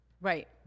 Right